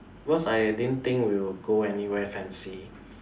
because I didn't think we will go anywhere fancy